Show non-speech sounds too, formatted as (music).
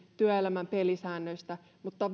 työelämän pelisäännöistä normaalioloissakaan mutta (unintelligible)